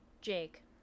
Jake